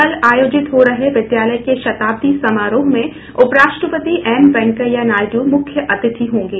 कल आयोजित हो रहे विद्यालय के शताब्दी समारोह में उपराष्ट्रपति एम वेंकैया नायडू मुख्य अतिथि होंगे